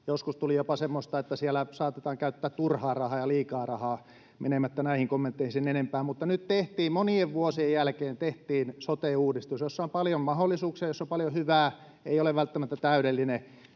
Joskus tuli jopa semmoista, että siellä saatetaan käyttää turhaa rahaa ja liikaa rahaa, menemättä näihin kommentteihin sen enempää. Mutta nyt tehtiin monien vuosien jälkeen sote-uudistus, jossa on paljon mahdollisuuksia, jossa on paljon hyvää — ei ole välttämättä täydellinen.